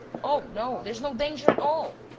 oh, no, there's no danger at all.